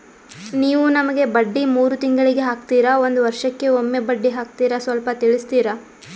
ನೀವು ನಮಗೆ ಬಡ್ಡಿ ಮೂರು ತಿಂಗಳಿಗೆ ಹಾಕ್ತಿರಾ, ಒಂದ್ ವರ್ಷಕ್ಕೆ ಒಮ್ಮೆ ಬಡ್ಡಿ ಹಾಕ್ತಿರಾ ಸ್ವಲ್ಪ ತಿಳಿಸ್ತೀರ?